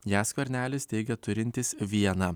ją skvernelis teigia turintis vieną